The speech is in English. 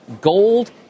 gold